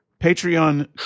Patreon